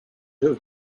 have